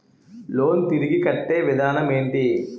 Loan తిరిగి కట్టే విధానం ఎంటి?